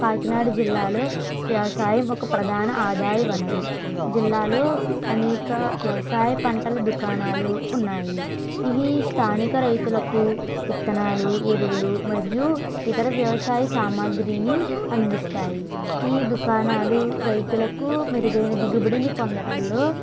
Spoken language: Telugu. కాకినాడ జిల్లాలో వ్యవసాయం ఒక ప్రధాన ఆదాయ వనరు జిల్లాలో అనేక వ్యవసాయ పంటల దుకాణాలు ఉన్నాయి ఇవి స్థానిక రైతులకు విత్తనాలు ఎరువులు మరియు ఇతర వ్యవసాయ సామాగ్రిని అందిస్తాయి ఈ దుకాణాలు రైతులకు మెరుగైన దిగుబడిని పొందడంలో